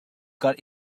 got